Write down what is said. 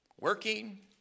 working